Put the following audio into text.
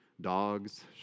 dog's